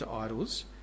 idols